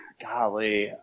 golly